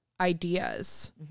ideas